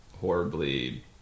horribly